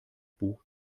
buch